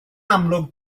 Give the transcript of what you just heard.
amlwg